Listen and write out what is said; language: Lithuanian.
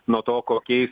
nuo to kokiais